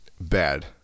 bad